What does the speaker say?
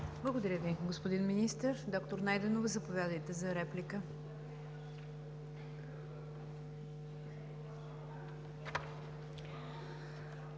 Благодаря Ви, господин Министър. Доктор Найденова, заповядайте за реплика.